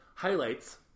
Highlights